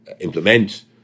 implement